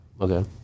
Okay